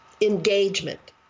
engagement